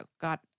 got